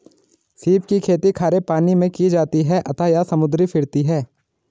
सीप की खेती खारे पानी मैं की जाती है अतः यह समुद्री फिरती है